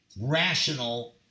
rational